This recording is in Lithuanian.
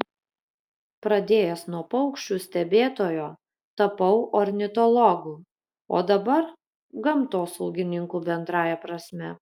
pradėjęs nuo paukščių stebėtojo tapau ornitologu o dabar gamtosaugininku bendrąja prasme